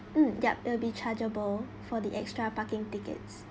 mm yup it will be chargeable for the extra parking tickets